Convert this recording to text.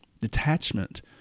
detachment